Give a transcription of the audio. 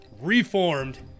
reformed